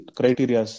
criteria